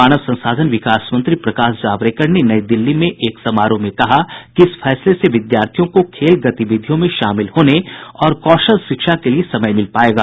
मानव संसाधन विकास मंत्री प्रकाश जावड़ेकर ने नई दिल्ली में एक समारोह में कहा कि इस फैसले से विद्यार्थियों को खेल गतिविधियों में शामिल होने और कौशल शिक्षा के लिए समय मिल पाएगा